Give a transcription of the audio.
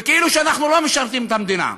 וכאילו שאנחנו לא משרתים את המדינה.